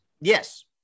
Yes